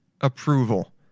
approval